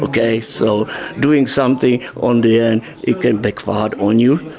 okay so doing something, on the end it can backfire on you,